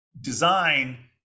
design